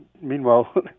meanwhile